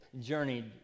journeyed